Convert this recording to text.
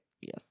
yes